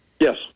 Yes